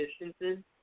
distances